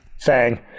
Fang